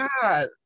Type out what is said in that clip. God